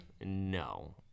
no